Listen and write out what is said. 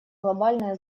глобальное